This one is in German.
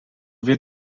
wird